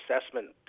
assessment